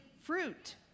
fruit